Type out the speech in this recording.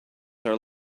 are